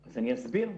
אז, אני אסביר.